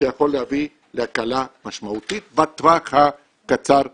זה יכול להביא להקלה משמעותית בטווח הקצר ובינוני.